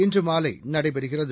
இன்று மாலை நடைபெறகிறது